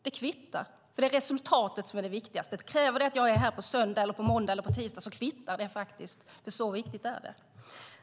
Det kvittar, för det är resultatet som är det viktigaste. Kräver det att jag är här på en söndag, måndag eller tisdag kvittar det. Så viktigt är det.